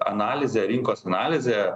analizė rinkos analizė